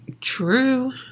true